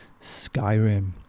Skyrim